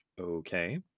Okay